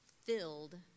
filled